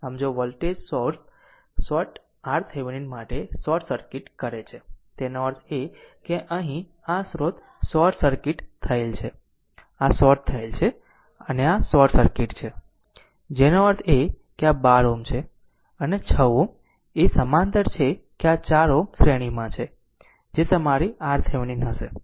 આમ જો વોલ્ટેજ સ્રોત RThevenin માટે શોર્ટ સર્કિટ કરે છે તેનો અર્થ એ કે અહીં આ સ્રોત શોર્ટ સર્કિટ થયેલ છે આ શોર્ટ થયેલ છે અને આ શોર્ટ સર્કિટ છે જેનો અર્થ છે કે આ 12 Ω છે અને 6 Ω એ સમાંતર છે કે આ 4 Ω શ્રેણીમાં છે જે તમારી RThevenin હશે